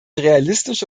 realistische